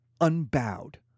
unbowed